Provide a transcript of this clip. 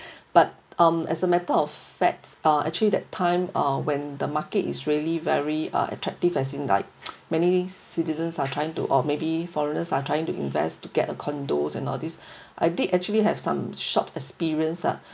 but um as a matter of fact ah actually that time ah when the market is really very ah attractive as in like many citizens are trying to or maybe foreigners are trying to invest to get a condos and all these I did actually have some short experience ah